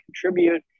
contribute